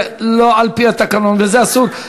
זה לא על-פי התקנון וזה אסור.